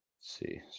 see